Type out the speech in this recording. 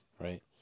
Right